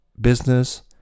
business